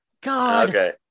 God